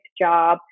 job